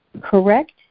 Correct